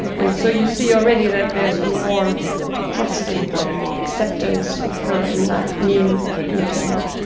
and so you see already that there is a more trusting acceptance of her in that new nickname.